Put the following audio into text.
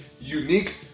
Unique